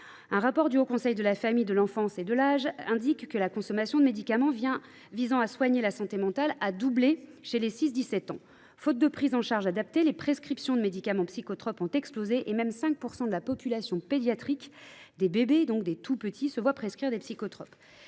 un rapport du Haut Conseil de la famille, de l’enfance et de l’âge indique que la consommation de médicaments visant à soigner la santé mentale a doublé chez les 6 17 ans. Faute de prise en charge adaptée, les prescriptions de médicaments psychotropes ont explosé et 5 % de la population pédiatrique, c’est à dire des bébés et des tout petits, se voient même prescrire des psychotropes.